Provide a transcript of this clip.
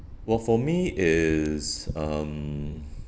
well for me is um